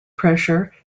pressure